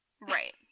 Right